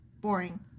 Boring